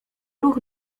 ruch